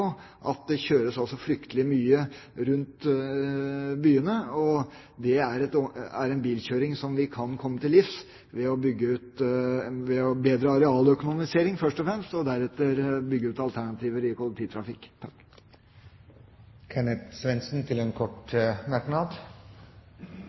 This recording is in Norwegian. det også kjøres fryktelig mye rundt byene, og det er en bilkjøring som vi kan komme til livs ved å bedre arealøkonomiseringen, først og fremst, og deretter bygge ut alternativer i